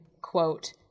quote